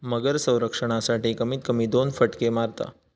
मगर संरक्षणासाठी, कमीत कमी दोन फटके मारता